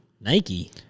Nike